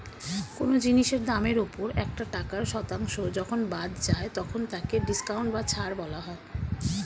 কোন জিনিসের দামের ওপর একটা টাকার শতাংশ যখন বাদ যায় তখন তাকে ডিসকাউন্ট বা ছাড় বলা হয়